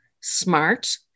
smart